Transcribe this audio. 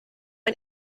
ein